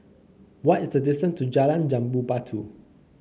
what is the distance to Jalan Jambu Batu